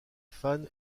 fans